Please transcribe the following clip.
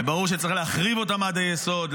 וברור שצריך להחריב אותם עד היסוד,